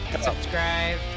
subscribe